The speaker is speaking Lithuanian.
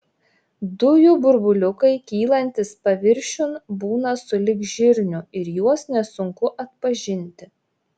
dujų burbuliukai kylantys paviršiun būna sulig žirniu ir juos nesunku atpažinti